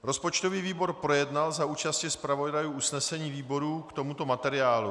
Rozpočtový výbor projednal za účasti zpravodajů usnesení výborů k tomuto materiálu.